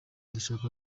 ndashaka